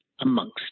amongst